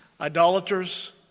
idolaters